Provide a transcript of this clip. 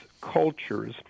cultures